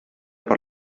per